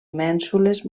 mènsules